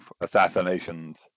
assassinations